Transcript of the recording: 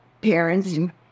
parents